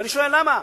ואני שואל: למה,